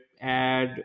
add